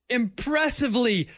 impressively